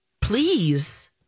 Please